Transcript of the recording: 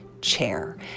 chair